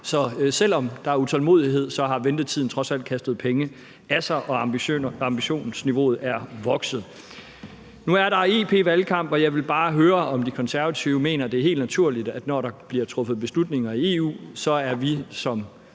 Så selv om der er en utålmodighed, har ventetiden trods alt kastet nogle penge af sig, og ambitionsniveauet er vokset. Nu er der en EP-valgkamp, og jeg ville bare høre, om De Konservative mener, at det er helt naturligt, at vi som Folketing, når der bliver truffet beslutninger i EU, så også